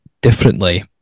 differently